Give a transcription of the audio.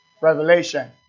Revelation